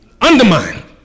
undermine